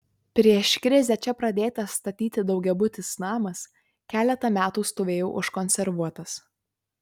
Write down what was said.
prieš krizę čia pradėtas statyti daugiabutis namas keletą metų stovėjo užkonservuotas